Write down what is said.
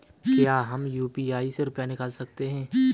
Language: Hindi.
क्या हम यू.पी.आई से रुपये निकाल सकते हैं?